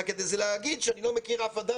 אלא כדי להגיד שאני לא מכיר שום אדם